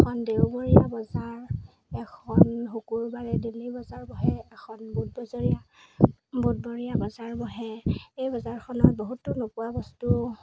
এখন দেওবৰীয়া বজাৰ এখন শুকুৰবাৰে দেইলি বজাৰ বহে এখন বুধ বজাৰী বুধবৰীয়া বজাৰ বহে এই বজাৰখনত বহুতো নোপোৱা বস্তু